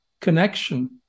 connection